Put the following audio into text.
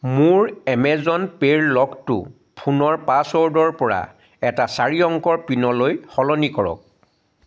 মোৰ এমেজন পে'ৰ লকটো ফোনৰ পাছৱৰ্ডৰ পৰা এটা চাৰি অংকৰ পিনলৈ সলনি কৰক